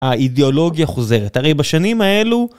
האידיאולוגיה חוזרת, הרי בשנים האלו...